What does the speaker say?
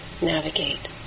navigate